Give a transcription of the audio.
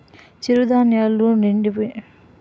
చిరు ధాన్యాలు ని పిండిగా దంచేసి ఉదయం అంబలిగా తాగొచ్చును